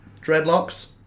Dreadlocks